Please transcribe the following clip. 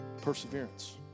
Perseverance